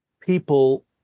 people